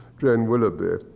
jane willoughby.